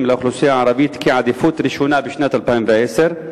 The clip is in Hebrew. לאוכלוסייה הערבית כעדיפות ראשונה בשנת 2010?